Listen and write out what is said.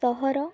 ସହର